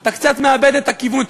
אתה קצת מאבד את הכיוון.